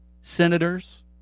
senators